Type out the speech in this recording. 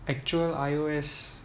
actual I_O_S